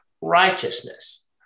righteousness